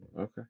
Okay